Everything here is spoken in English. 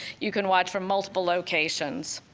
you can watch from multiple locations.